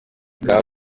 bwaba